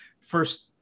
first